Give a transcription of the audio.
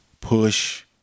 push